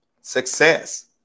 success